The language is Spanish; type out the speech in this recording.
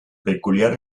peculiar